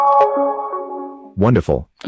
Wonderful